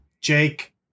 Jake